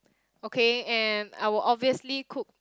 okay and I will obviously cook